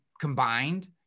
combined